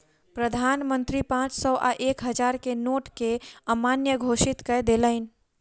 प्रधान मंत्री पांच सौ आ एक हजार के नोट के अमान्य घोषित कय देलैन